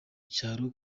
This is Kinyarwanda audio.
cyaro